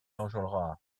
enjolras